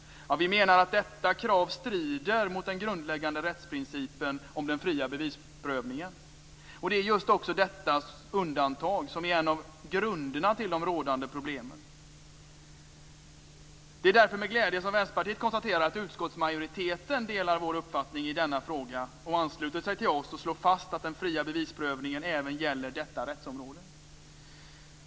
Vi menar att detta krav strider mot den grundläggande rättsprincipen om den fria bevisprövningen. Det är just detta undantag som är en av grunderna till de rådande problemen. Det är därför med glädje som Vänsterpartiet konstaterar att utskottsmajoriteten delar vår uppfattning i denna fråga, ansluter sig till oss och slår fast att den fria bevisprövningen även gäller detta rättsområde.